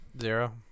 Zero